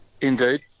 Indeed